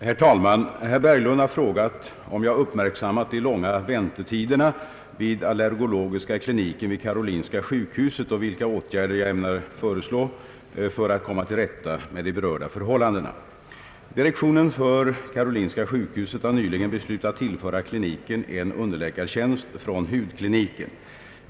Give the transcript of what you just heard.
Herr talman! Herr Berglund har frågat om jag uppmärksammat de långa väntetiderna vid allergologiska kliniken vid karolinska sjukhuset och vilka åtgärder jag ämnar föreslå för att komma till rätta med de berörda förhållandena. Direktionen för karolinska sjukhuset har nyligen beslutat tillföra kliniken en underläkartjänst från hudkliniken.